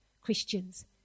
Christians